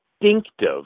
distinctive